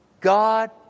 God